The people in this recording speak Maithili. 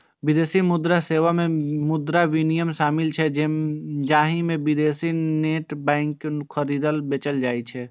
विदेशी मुद्रा सेवा मे मुद्रा विनिमय शामिल छै, जाहि मे विदेशी बैंक नोट खरीदल, बेचल जाइ छै